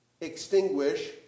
extinguish